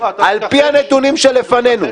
מה, אתה מתכחש לזה?